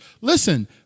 Listen